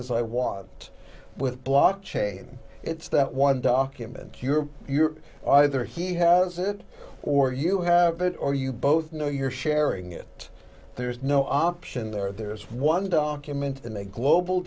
as i want with block chain it's that one document you're you're either he has it or you have it or you both know you're sharing it there is no option there is one document in the global